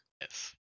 Yes